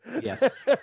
Yes